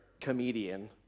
comedian